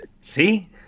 See